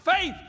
faith